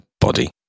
body